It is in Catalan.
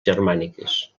germàniques